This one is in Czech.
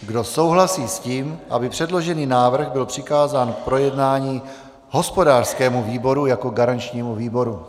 Kdo souhlasí s tím, aby předložený návrh byl přikázán k projednání hospodářskému výboru jako garančnímu výboru?